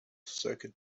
circuit